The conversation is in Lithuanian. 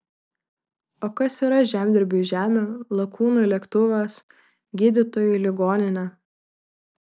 o kas yra žemdirbiui žemė lakūnui lėktuvas gydytojui ligoninė